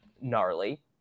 gnarly